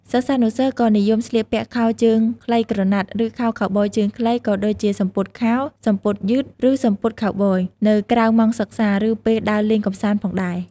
សិស្សានុសិស្សក៏និយមស្លៀកពាក់ខោជើងខ្លីក្រណាត់ ឬខោខូវប៊យជើងខ្លី ក៏ដូចជាសំពត់ខោ សំពត់យឺត ឬសំពត់ខូវប៊យ នៅក្រៅម៉ោងសិក្សា ឬពេលដើរលេងកម្សាន្តផងដែរ។